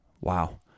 wow